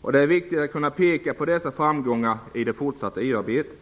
och det är viktigt att kunna peka på dessa framgångar vid det fortsatta EU-arbetet.